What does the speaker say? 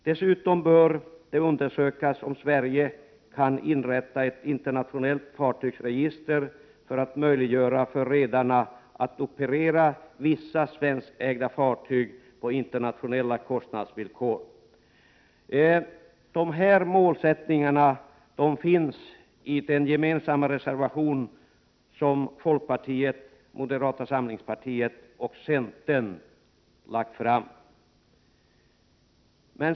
Dessutom bör det undersökas om Sverige kan inrätta ett internationellt fartygsregister för att möjliggöra för redarna att operera vissa svenskägda fartyg på internationella kostnadsvillkor. Dessa mål finns angivna i den reservation som är gemensam för folkpartiet, moderata samlingspartiet och 81 centern.